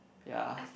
ya